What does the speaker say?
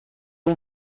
اون